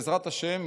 בעזרת השם,